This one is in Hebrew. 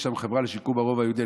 יש שם חברה לשיקום הרובע היהודי.